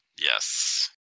Yes